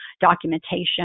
documentation